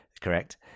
correct